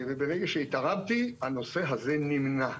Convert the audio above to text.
וברגע שהתערבתי הנושא הזה נמנע.